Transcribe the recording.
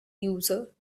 user